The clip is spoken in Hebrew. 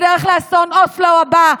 בדרך לאסון אוסלו הבא,